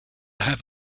have